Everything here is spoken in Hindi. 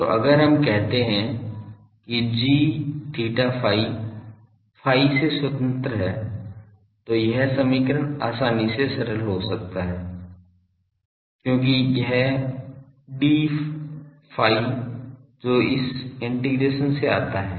तो अगर हम कहते हैं कि gθϕ phi से स्वतंत्र है तो यह समीकरण आसानी से सरल हो जाता है क्योंकि यह d phi जो इस इंटीग्रेशन से आता है